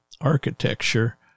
architecture